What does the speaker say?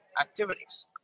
activities